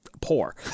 poor